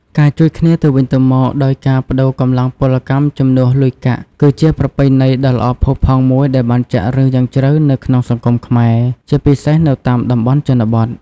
ការជួយគ្នាទៅវិញទៅមកដោយការប្តូរកម្លាំងពលកម្មជំនួសលុយកាក់ គឺជាប្រពៃណីដ៏ល្អផូរផង់មួយដែលបានចាក់ឫសយ៉ាងជ្រៅនៅក្នុងសង្គមខ្មែរ ជាពិសេសនៅតាមតំបន់ជនបទ។